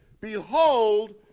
Behold